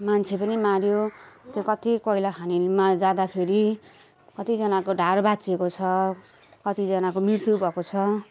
मान्छे पनि मार्यो त्यो कत्ति कोइलाखानीमा जाँदाखेरि कतिजनाको ढाड भाँचिएको छ कतिजनाको मृत्यु भएको छ